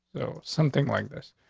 so something like this.